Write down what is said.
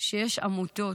שיש עמותות,